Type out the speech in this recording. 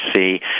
see